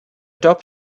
top